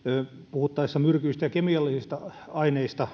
puhuttaessa myrkyistä ja kemiallisista aineista